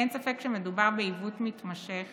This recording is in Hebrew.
אין ספק כי מדובר בעיוות מתמשך